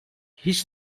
hiç